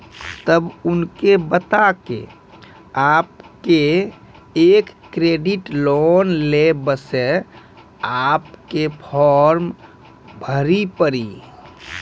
तब उनके बता के आपके के एक क्रेडिट लोन ले बसे आपके के फॉर्म भरी पड़ी?